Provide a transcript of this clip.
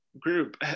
group